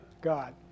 God